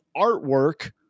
artwork